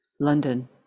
London